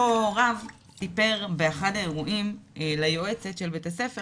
אותו רב סיפר באחד האירועים ליועצת של בית הספר,